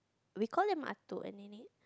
we call him